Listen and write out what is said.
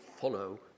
follow